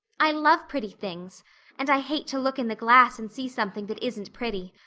i love pretty things and i hate to look in the glass and see something that isn't pretty.